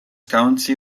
county